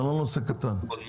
זה לא נושא קטן.